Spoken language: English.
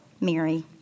Mary